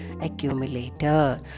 accumulator